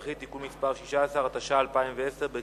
15 בעד, שני מתנגדים, אין נמנעים.